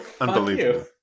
Unbelievable